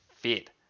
fit